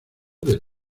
del